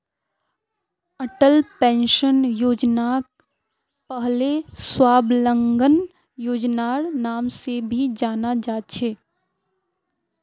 Atal pension योजनाक पहले स्वाबलंबन योजनार नाम से भी जाना जा छे